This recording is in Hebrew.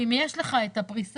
והאם יש לך את הפריסה,